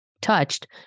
touched